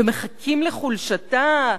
ומחכים לחולשתה,